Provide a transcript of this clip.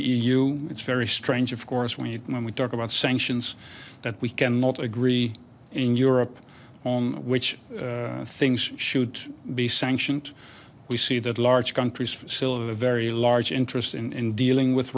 e u it's very strange of course when you when we talk about sanctions that we cannot agree in europe on which things should be sanctioned we see that large countries still a very large interest in dealing with